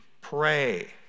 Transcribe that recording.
pray